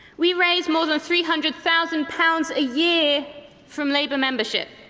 we raise more than three hundred thousand pounds a year from labour membership.